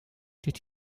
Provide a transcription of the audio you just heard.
did